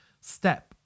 step